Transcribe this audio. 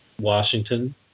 Washington